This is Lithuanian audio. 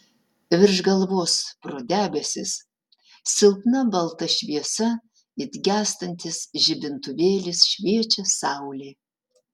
virš galvos pro debesis silpna balta šviesa it gęstantis žibintuvėlis šviečia saulė